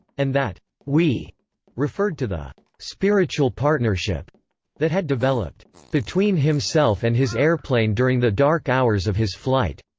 and that we referred to the spiritual partnership that had developed between himself and his airplane during the dark hours of his flight.